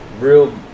real